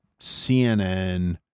CNN